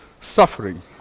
suffering